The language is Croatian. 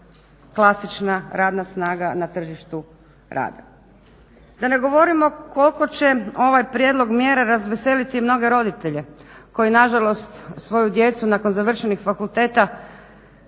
klasična radna snaga na tržištu rada. Da ne govorimo koliko će ovaj prijedlog mjera razveseliti mnoge roditelje koji nažalost svoju djecu nakon završenih fakulteta